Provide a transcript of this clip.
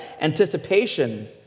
anticipation